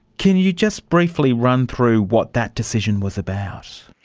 can you just briefly run through what that decision was about?